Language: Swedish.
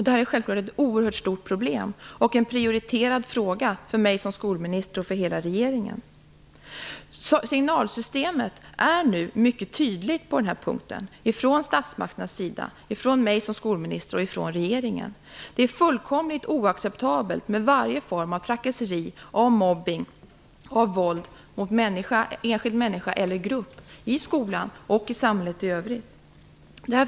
Detta är självfallet ett oerhört stort problem och en prioriterad fråga för mig som skolminister och för hela regeringen. Signalsystemet är mycket tydligt på den här punkten från statsmakternas sida, från mig som skolminister och från regeringen. Alla former av trakasserier, mobbning och våld mot enskilda människor och grupper i skolan och i samhället i övrigt är fullkomligt oacceptabla.